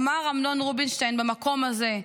אמר אמנון רובינשטיין במקום הזה: